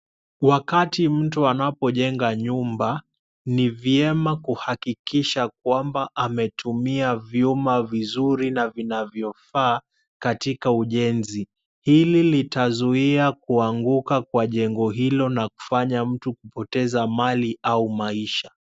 Wakati mtu anapojenga nyumba, ni vyema kuhakikisha kwamba ametumia vyuma vizuri na vinavyofaa katika ujenzi. Hili litazuia kuanguka kwa jengo hilo na kufanya mtu kupoteza mali au maisha.